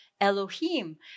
Elohim